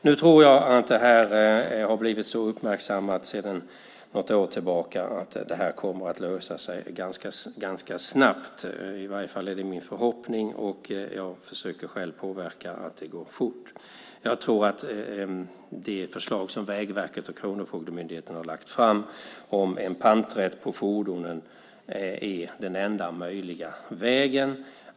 Nu tror jag att det här har blivit så uppmärksammat sedan något år tillbaka att det kommer att lösa sig ganska snabbt. Det är i varje fall min förhoppning, och jag försöker själv påverka att det går fort. Jag tror att det förslag som Vägverket och Kronofogdemyndigheten har lagt fram om en panträtt på fordonen är den enda möjliga vägen.